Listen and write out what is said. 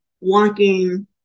walking